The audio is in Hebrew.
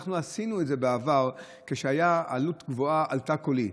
אנחנו עשינו את זה בעבר כשהייתה עלות גבוהה על תא קולי.